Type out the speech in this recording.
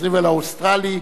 הישראלי והאוסטרלי,